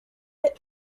est